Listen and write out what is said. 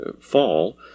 fall